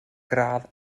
gradd